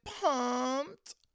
pumped